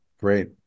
great